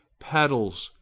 peddles,